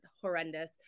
horrendous